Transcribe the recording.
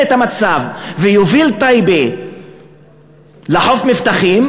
את המצב ויוביל את טייבה לחוף מבטחים.